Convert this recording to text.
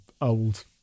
old